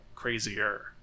Crazier